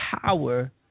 power